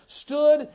stood